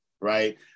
Right